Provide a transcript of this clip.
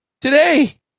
today